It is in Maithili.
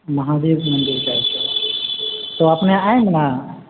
महावीर मन्दिर जायके है तऽ अपने आबि ने